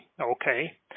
Okay